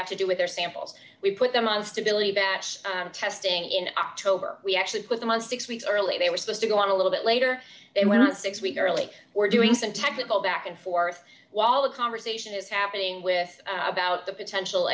got to do with their samples we put them on stability batch testing in october we actually put them on six weeks early they were supposed to go on a little bit later they went on six weeks early we're doing some technical back and forth while the conversation is happening with about the potential